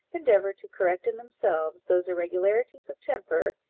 endeavour to correct in themselves those irregularities of temper,